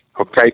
Okay